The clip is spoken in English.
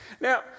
Now